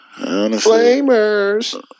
flamers